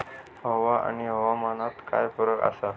हवा आणि हवामानात काय फरक असा?